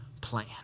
plan